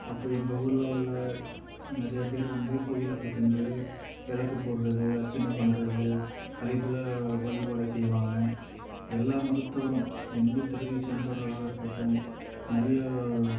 அப்போ எங்கள் ஊரில் உள்ள நிறைய பேர் வந்து கோயிலுக்கு சென்று விளக்கு போடுறது அர்ச்சனை பண்ணுறது அதேபோல் வழிபாடு செய்வாங்கள் எல்லா மதத்தவரும் எந்த தெருவை சேந்தவர்களாக இருக்கட்டும் நிறைய